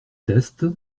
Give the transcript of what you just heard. test